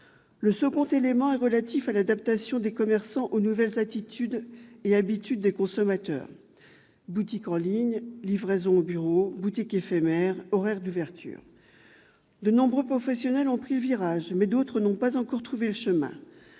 Le deuxième élément est relatif à l'adaptation des commerçants aux nouvelles attitudes et habitudes des consommateurs : boutiques en ligne, livraisons au bureau, boutiques éphémères, horaires d'ouverture ... De nombreux professionnels ont pris le virage, mais d'autres n'ont pas encore trouvé le chemin.